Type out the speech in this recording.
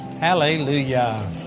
Hallelujah